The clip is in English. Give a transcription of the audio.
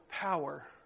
power